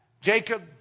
Jacob